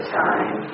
time